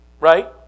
Right